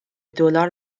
دلار